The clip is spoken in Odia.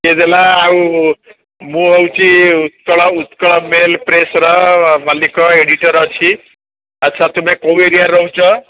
କିଏ ଦେଲା ଆଉ ମୁଁ ହେଉଛି ଉତ୍କଳ ଉତ୍କଳ ମେଲ୍ ପ୍ରେସ୍ର ମାଲିକ ଏଡିଟର୍ ଅଛି ଆଚ୍ଛା ତୁମେ କୋଉ ଏରିଆରେ ରହୁଛ